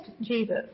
Jesus